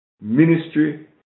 ministry